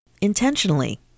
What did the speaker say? intentionally